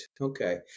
Okay